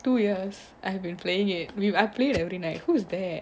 two years I have been playing I play it every night who's there